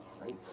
right